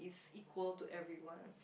is equal to everyone